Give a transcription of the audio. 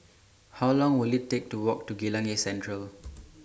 How Long Will IT Take to Walk to Geylang East Central